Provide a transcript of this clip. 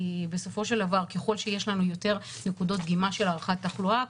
בסופו של דבר ככל שיש לנו יותר נקודות דגימה של הערכת התחלואה,